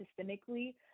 systemically